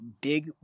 big